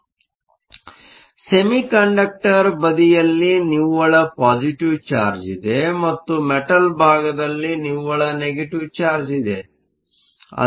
ಆದ್ದರಿಂದ ಸೆಮಿಕಂಡಕ್ಟರ್ ಬದಿಯಲ್ಲಿ ನಿವ್ವಳ ಪಾಸಿಟಿವ್ ಚಾರ್ಜ್ ಇದೆ ಮತ್ತು ಮೆಟಲ್ ಭಾಗದಲ್ಲಿ ನಿವ್ವಳ ನೆಗೆಟಿವ್ ಚಾರ್ಜ್Negative charge ಇದೆ